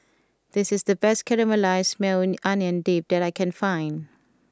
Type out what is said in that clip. this is the best Caramelized Maui Onion Dip that I can find